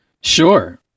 sure